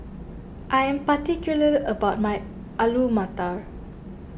I am particular about my Alu Matar